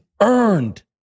earned